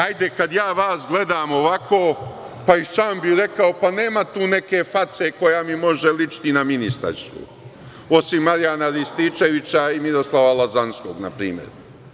Ajde, kada ja vas gledam ovako, pa i sam bih rekao – pa nema tu nema face koja mi može ličiti na ministarsku, osim Marijana Rističevića i Miroslava Lazanskog, na primer.